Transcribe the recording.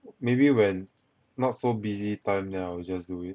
maybe when not so busy time then I will just do it